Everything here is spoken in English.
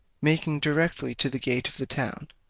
making directly to the gate of the town,